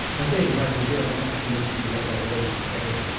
i beg mademoiselle not to listen to what adele is saying,